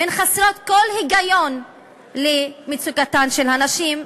והן חסרות כל היגיון לנוכח מצוקתן של הנשים.